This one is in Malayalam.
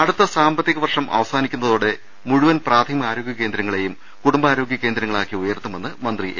അടുത്ത സാമ്പത്തിക വർഷം അവസാനിക്കുന്നതോടെ മുഴുവൻ പ്രാഥമികാരോഗൃ കേന്ദ്രങ്ങളേയും കുടുംബാരോഗൃ കേന്ദ്രങ്ങളാക്കി ഉയർത്തു മെന്ന് മന്ത്രി എ